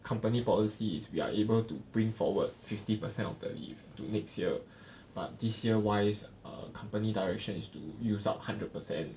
company policy is we are able to bring forward fifty percent of the leave to next year but this year wise err company direction is to use up hundred percent